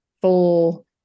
full